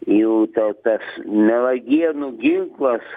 jų ta tas melagienų ginklas